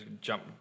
jump